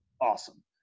awesome